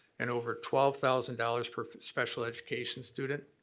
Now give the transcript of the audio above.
and over twelve thousand dollars per special education student,